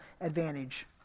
advantage